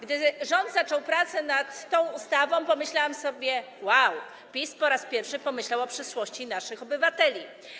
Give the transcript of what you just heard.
Gdy rząd zaczął pracę nad tą ustawą, pomyślałam sobie: Łał, PiS po raz pierwszy pomyślał o przyszłości naszych obywateli.